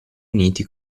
uniti